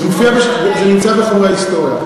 זה מופיע, זה נמצא בחומר בהיסטוריה.